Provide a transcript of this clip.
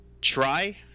try